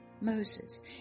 Moses